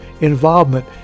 involvement